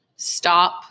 stop